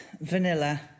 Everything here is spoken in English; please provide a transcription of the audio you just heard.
vanilla